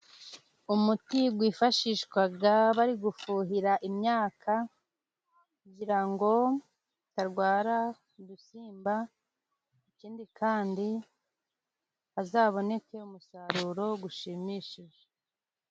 Umuti wifashishwa bari kuhira imyaka, kugira ngo itarwara udusimba, ikindi kandi hazaboneke umusaruro ushimishije.